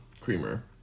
creamer